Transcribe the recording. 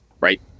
right